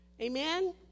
Amen